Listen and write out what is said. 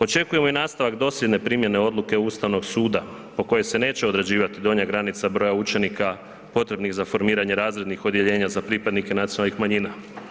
Očekujemo i nastavak dosljedne primjene odluke Ustavnog suda po kojoj se neće određivati donja granica broja učenika potrebnih za formiranje razrednih odjeljenja za pripadnike nacionalnih manjina.